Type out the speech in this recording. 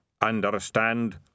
Understand